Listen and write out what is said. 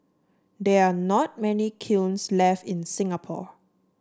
there are not many kilns left in Singapore